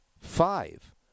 five